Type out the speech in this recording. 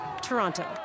Toronto